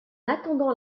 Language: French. attendant